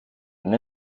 and